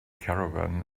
caravan